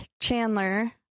Chandler